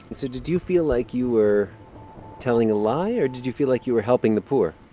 and so did you feel like you were telling a lie, or did you feel like you were helping the poor?